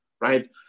right